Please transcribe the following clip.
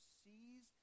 sees